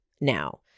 now